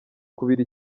kubira